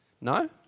no